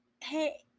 Hey